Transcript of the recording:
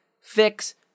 fix